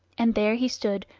and there he stood,